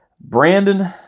Brandon